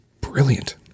brilliant